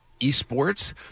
eSports